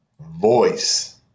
voice